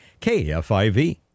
KFIV